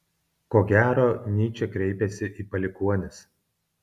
ko gero nyčė kreipiasi į palikuonis